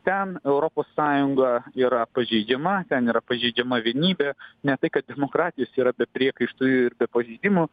ten europos sąjunga yra pažeidžiama ten yra pažeidžiama vienybė ne tai kad demokratijos yra be priekaištų ir be pažeidimų